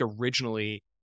originally